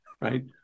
Right